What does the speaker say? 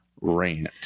Rant